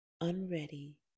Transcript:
Unready